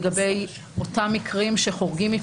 לגבי כלל התיקים,